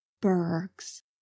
bergs